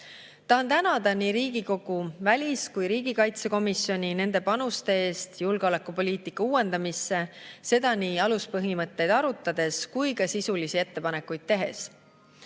Tahan tänada nii Riigikogu välis- kui ka riigikaitsekomisjoni nende panuse eest julgeolekupoliitika uuendamisse – seda nii aluspõhimõtteid arutades kui ka sisulisi ettepanekuid tehes.